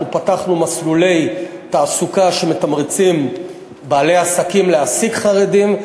פתחנו מסלולי תעסוקה שמתמרצים בעלי עסקים להעסיק חרדים,